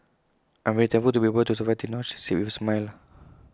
I'm very thankful to be able to survive till now she said with A smile